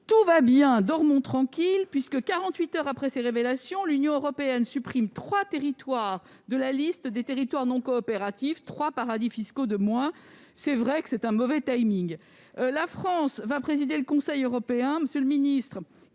Tout va bien, dormons tranquilles, puisque, quarante-huit heures après ces révélations, l'Union européenne supprime trois territoires de la liste des territoires non coopératifs. Trois paradis fiscaux de moins, c'est vrai que c'est un mauvais. La France allant présider le Conseil européen, monsieur le ministre,